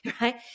right